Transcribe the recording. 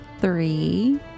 three